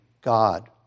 God